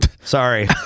Sorry